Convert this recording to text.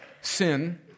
sin